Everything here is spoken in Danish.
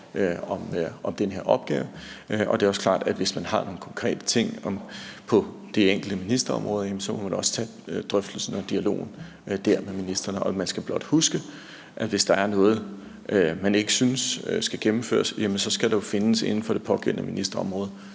om den her opgave, og det er også klart, at hvis man har nogle konkrete ting på de enkelte ministerområder, så må man også tage drøftelsen og dialogen der med ministrene. Man skal blot huske, at hvis der er noget, man ikke synes skal gennemføres, skal der jo inden for det pågældende ministerområde